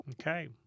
Okay